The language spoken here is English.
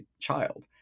child